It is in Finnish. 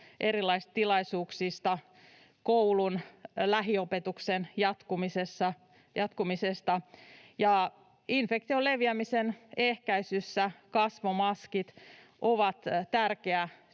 erilaisista tilaisuuksista tai koulun lähiopetuksen jatkumisesta. Infektion leviämisen ehkäisyssä kasvomaskit ovat tärkeä